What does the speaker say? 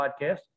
Podcast